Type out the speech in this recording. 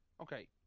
Okay